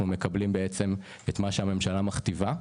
אנחנו מקבלים את הכתבות הממשלה,